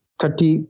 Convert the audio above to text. thirty